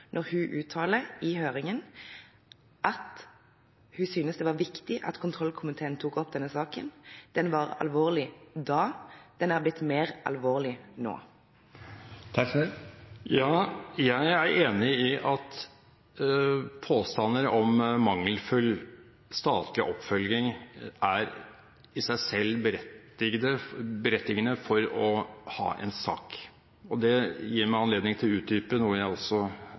når hun uttaler i høringen at hun synes det var viktig at kontrollkomiteen tok opp denne saken? Den var alvorlig da – den har blitt mer alvorlig nå. Jeg er enig i at påstander om mangelfull statlig oppfølging i seg selv er berettigende for å ha en sak. Det gir meg også anledning til å utdype noe jeg